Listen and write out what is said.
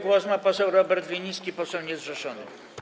Głos ma poseł Robert Winnicki, poseł niezrzeszony.